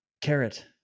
carrot